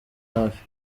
hafi